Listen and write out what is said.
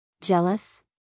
Jealous